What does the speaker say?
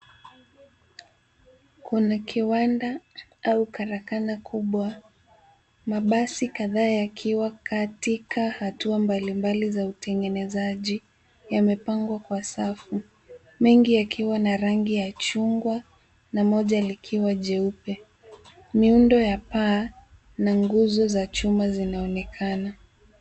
Kuna kiwanda au karakana kubwa . Mabasi kadhaa yakiwa katika hatua mbalimbali za utengenezaji yamepangwa kwa safu mengi yakiwa na rangi ya chungwa na moja likiwa jeupe .Miundo ya paa na nguzo za chuma zinaonekana.